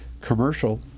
commercial